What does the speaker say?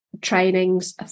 trainings